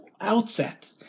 outset